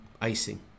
icing